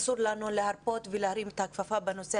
אסור לנו להרפות ולהרים את הכפפה בנושא